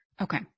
Okay